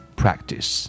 practice